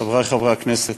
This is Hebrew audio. חברי חברי הכנסת,